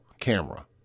camera